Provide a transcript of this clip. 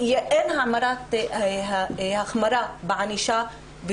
אין החמרה בענישה.